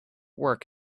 work